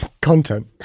Content